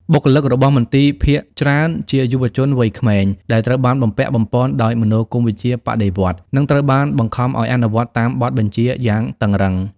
បុគ្គលិករបស់មន្ទីរភាគច្រើនជាយុវជនវ័យក្មេង ដែលត្រូវបានបំពាក់បំប៉នដោយមនោគមវិជ្ជាបដិវត្តន៍ និងត្រូវបានបង្ខំឱ្យអនុវត្តតាមបទបញ្ជាយ៉ាងតឹងរ៉ឹង។